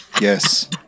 Yes